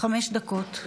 חמש דקות.